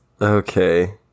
Okay